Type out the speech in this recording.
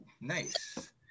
Nice